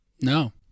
No